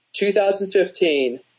2015